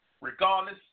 Regardless